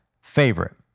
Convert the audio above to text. favorite